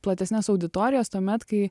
platesnes auditorijas tuomet kai